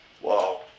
Wow